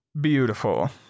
beautiful